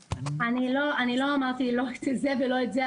אני לא אמרתי לא את זה ולא את זה,